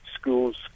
schools